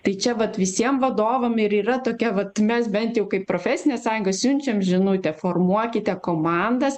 tai čia vat visiem vadovam ir yra tokia vat mes bent jau kaip profesinė sąjunga siunčiam žinutę formuokite komandas